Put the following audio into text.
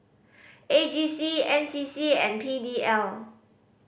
A J C N C C and P D L